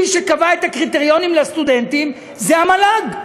מי שקבע את הקריטריונים לסטודנטים זה המל"ג.